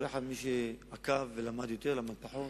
כל אחד, מי שעקב ולמד יותר, למד פחות,